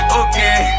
okay